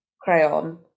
crayon